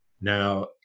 now